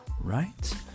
Right